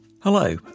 Hello